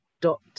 dot